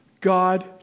God